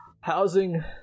housing